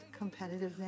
competitiveness